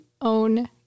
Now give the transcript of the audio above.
own